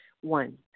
One